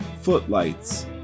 Footlights